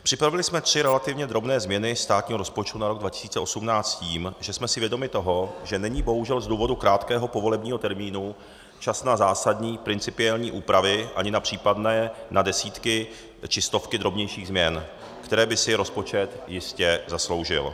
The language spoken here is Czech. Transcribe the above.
Připravili jsme tři relativně drobné změny státního rozpočtu na rok 2018 s tím, že jsme si vědomi toho, že není bohužel z důvodu krátkého povolebního termínu čas na zásadní principiální úpravy ani na případné desítky či stovky drobnějších změn, které by si rozpočet jistě zasloužil.